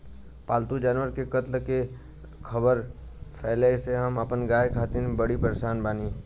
पाल्तु जानवर के कत्ल के ख़बर फैले से हम अपना गाय खातिर बड़ी परेशान बानी